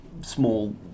small